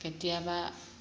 কেতিয়াবা